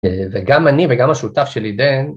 וגם אני וגם השותף שלי, דן,